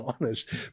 honest